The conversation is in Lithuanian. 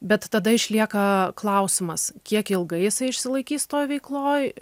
bet tada išlieka klausimas kiek ilgai jisai išsilaikys toj veikloj